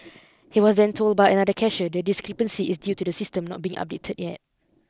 he was then told by another cashier the discrepancy is due to the system not being updated yet